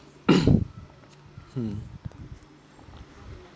mm